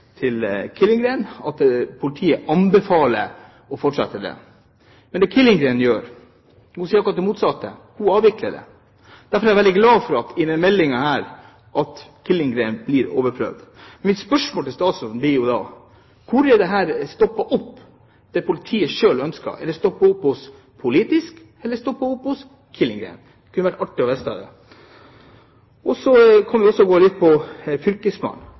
til Killengreen, at politiet anbefaler å fortsette med det. Men det Killengreen gjør, er å si akkurat det motsatte. Hun avvikler det. Derfor er jeg veldig glad for at Killengreen blir overprøvd i denne meldingen. Mitt spørsmål til statsråden blir da: Hvor har det politiet selv ønsket, stoppet opp? Har det stoppet opp politisk, eller har det stoppet opp hos Killengreen? Det kunne vært artig å vite. Så til fylkesmannen. Når man går inn på at fylkesmannen skal inn og